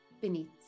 beneath